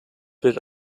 wird